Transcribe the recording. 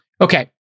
Okay